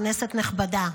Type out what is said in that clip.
כנסת נכבדה,